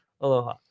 Aloha